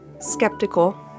skeptical